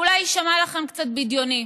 זה אולי יישמע לכם קצת בדיוני,